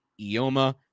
Ioma